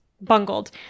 bungled